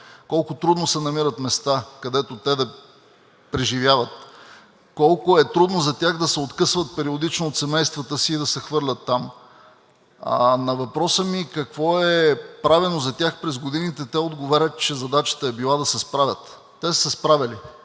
колко трудно се намират места, където те да преживяват, колко е трудно за тях да се откъсват периодично от семействата си и да се хвърлят там. На въпроса ми какво е правено за тях през годините, те отговарят, че задачата е била да се справят. Те са се справяли